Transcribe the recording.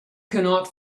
cannot